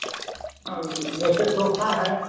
जैसे सोफा है